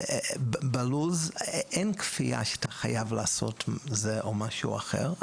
בלו"ז אין כפייה שאתה חייב לעשות את זה או משהו אחר,